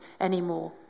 anymore